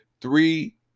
three